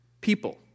people